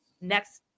next